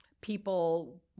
people